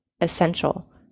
essential